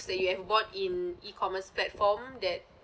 that you have bought in E commerce platform that